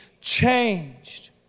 changed